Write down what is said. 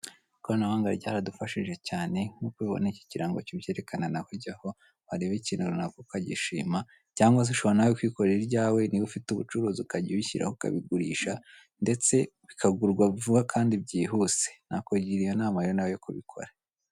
Ikoranabuhanga ryaradufashije cyane nk'uko ubibona iki kiranga kibyerekana naho ujyaho wareba ikintu runaka ukagishima cyangwa se ushobora nawe kwikorera iryawe niba ufite ibucuruzi ukajya ubishyiraho ukabigurisha ndetse bikagurwaa vuba kandi byihuse nakugira iyo nama rero yo kubikora.